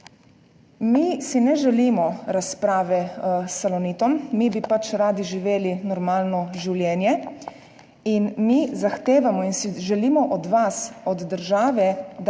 Mi si ne želimo razprave s Salonitom, mi bi pač radi živeli normalno življenje. Mi zahtevamo in si želimo od vas, od države,